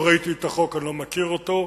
לא ראיתי את החוק, אני לא מכיר אותו,